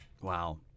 wow